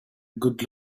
good